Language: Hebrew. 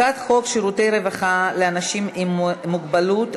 הצעת חוק שירותי רווחה לאנשים עם מוגבלות,